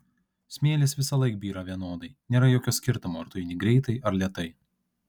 smėlis visąlaik byra vienodai nėra jokio skirtumo ar tu eini greitai ar lėtai